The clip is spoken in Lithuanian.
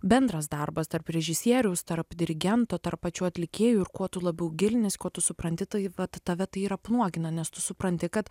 bendras darbas tarp režisieriaus tarp dirigento tarp pačių atlikėjų ir kuo tu labiau gilinies ko tu supranti tai vat tave tai ir apnuogina nes tu supranti kad